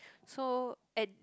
so at